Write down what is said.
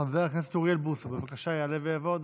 חבר הכנסת אוריאל בוסו, בבקשה, יעלה ויבוא אדוני.